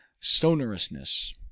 sonorousness